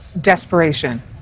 Desperation